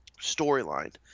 storyline